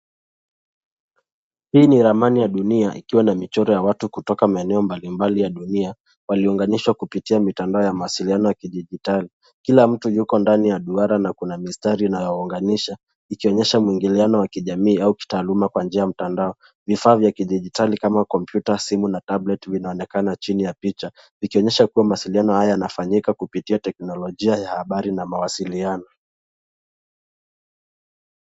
Hii ni ramani ya dunia ikiwa na michoro ya watu kutoka maeneo mbalimbali ya dunia, waliounganishwa kupitia mitandao ya mawasiliano ya kidijitali. Kila mtu yuko ndani ya duara na kuna mistari inayowaunganisha, ikionyesha mwingiliano wa kijamii au kitaaluma kwa njia ya mtandao. Vifaa vya kidijitali kama kompyuta, simu, na tablet, vinaonekana chini ya picha. Ikionyesha kuwa mawasiliano haya yanafanyika kupitia teknolojia ya habari na mawasiliano.